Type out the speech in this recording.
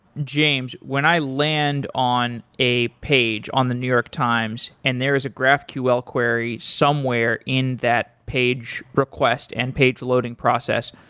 james, when i land on a page on the new york times and there is a graphql query somewhere in that page request and page loading process.